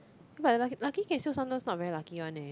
but lucky lucky okay still sometimes not very lucky one eh